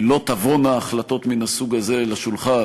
לא תבואנה החלטות מן הסוג הזה אל השולחן,